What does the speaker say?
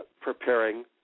preparing